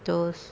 those